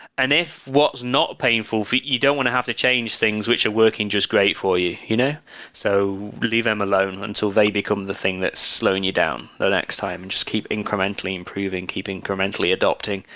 and if what's not painful for you you don't want to have to change things, which are working just great for you. you know so leave them alone until they become the thing that's slowing you down the next time and just keep incrementally improving, keep incrementally adopting.